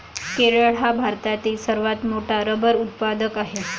केरळ हा भारतातील सर्वात मोठा रबर उत्पादक आहे